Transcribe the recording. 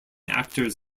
actors